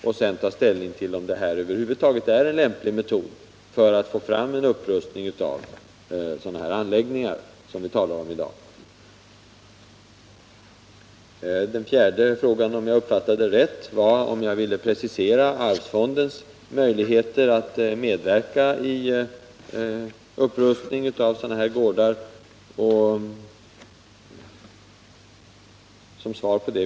Sedan får vi ta ställning till om den metod för att få fram en upprustning av fritidsanläggningar som vi talar om i dag över huvud taget är lämplig. Den fjärde frågan gälllde, såvida jag uppfattade den rätt, om jag ville precisera allmänna arvsfondens möjligheter att medverka i upprustning av lägeroch sommargårdar.